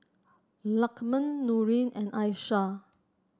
Lukman Nurin and Aishah